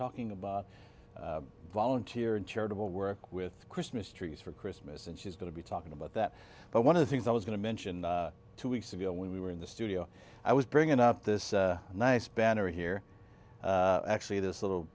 talking about volunteer and charitable work with christmas trees for christmas and she's going to be talking about that but one of the things i was going to mention two weeks ago when we were in the studio i was bringing up this nice banner here actually this little